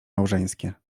małżeńskie